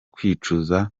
kwicuza